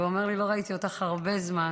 והוא אומר לי: לא ראיתי אותך הרבה זמן.